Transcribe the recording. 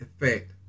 effect